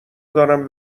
دارم